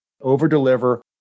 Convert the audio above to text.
over-deliver